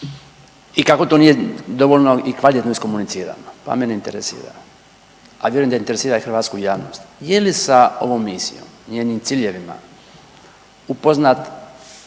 i kako to nije dovoljno i kvalitetno iskomunicirano. Pa mene interesira, a vjerujem da interesira i hrvatsku javnost, je li sa ovom misijom, njenim ciljevima upoznat